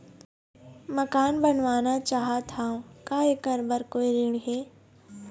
मकान बनवाना चाहत हाव, का ऐकर बर कोई ऋण हे?